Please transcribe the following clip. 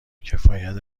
کفایت